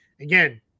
again